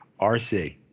RC